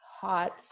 hot